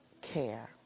care